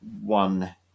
one